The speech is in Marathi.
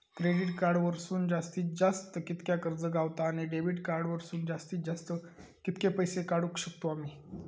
क्रेडिट कार्ड वरसून जास्तीत जास्त कितक्या कर्ज गावता, आणि डेबिट कार्ड वरसून जास्तीत जास्त कितके पैसे काढुक शकतू आम्ही?